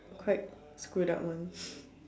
quite screwed up one